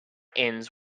ends